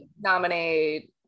nominate